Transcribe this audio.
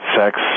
sex